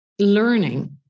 learning